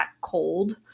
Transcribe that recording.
cold